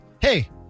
hey